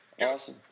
Awesome